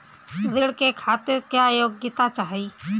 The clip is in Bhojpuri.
ऋण के खातिर क्या योग्यता चाहीं?